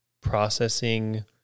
processing